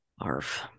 Arf